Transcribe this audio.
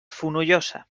fonollosa